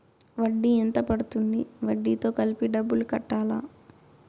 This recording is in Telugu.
వడ్డీ ఎంత పడ్తుంది? వడ్డీ తో కలిపి డబ్బులు కట్టాలా?